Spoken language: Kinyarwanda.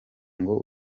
ngo